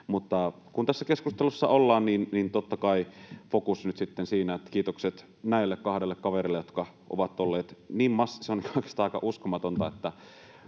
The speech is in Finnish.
kun tässä keskustelussa ollaan, niin totta kai fokus on nyt sitten siinä, että kiitokset näille kahdelle kavereille, jotka ovat olleet niin... Se on oikeastaan aika uskomatonta,